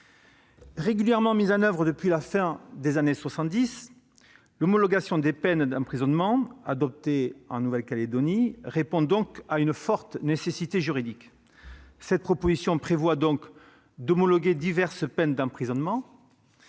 Régulièrement mise en oeuvre depuis la fin des années 1970, l'homologation des peines d'emprisonnement adoptées en Nouvelle-Calédonie répond à une forte nécessité juridique. Cette proposition de loi prévoit donc d'homologuer diverses peines d'emprisonnement